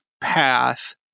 path